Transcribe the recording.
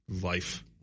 life